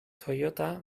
toyota